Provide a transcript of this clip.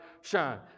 shine